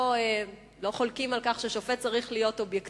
אנחנו לא חולקים על כך ששופט צריך להיות אובייקטיבי,